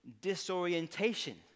disorientation